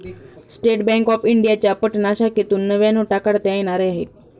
state Bank of इंडियाच्या पटना शाखेतून नव्या नोटा काढता येणार आहेत